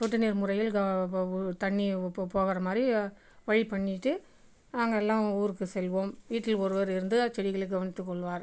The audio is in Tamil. சொட்டு நீர் முறையில் க தண்ணி போ போகிற மாதிரி வழி பண்ணிட்டு நாங்கள் எல்லாம் ஊருக்கு செல்வோம் வீட்டில் ஒருவர் இருந்து செடிகளை கவனித்துக்கொள்வார்